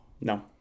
No